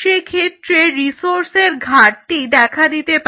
সেক্ষেত্রে রিসোর্সের ঘাটতি দেখা দিতে পারে